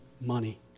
money